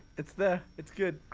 it's there, it's good